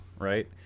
right